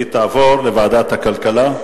התשע"א 2011, לוועדת הכלכלה נתקבלה.